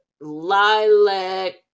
lilac